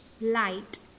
light